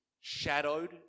shadowed